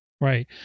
Right